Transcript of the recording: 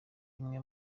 imwe